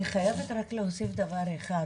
אני חייבת רק להוסיף דבר אחד: